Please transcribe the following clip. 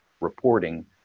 reporting